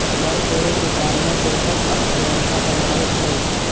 कर चोरी के कारणेँ देशक अर्थव्यवस्था प्रभावित भेल